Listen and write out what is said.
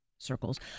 circles